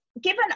given